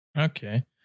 Okay